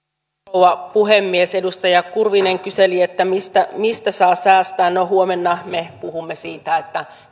rouva puhemies edustaja kurvinen kyseli että mistä mistä saa säästää no huomenna me puhumme siitä